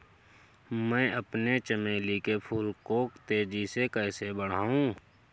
मैं अपने चमेली के फूल को तेजी से कैसे बढाऊं?